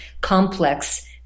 complex